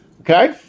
Okay